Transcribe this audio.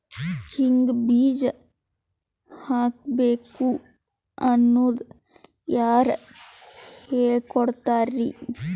ಹಿಂಗ್ ಬೀಜ ಹಾಕ್ಬೇಕು ಅನ್ನೋದು ಯಾರ್ ಹೇಳ್ಕೊಡ್ತಾರಿ?